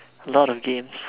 lot of games